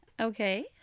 Okay